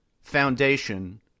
foundation—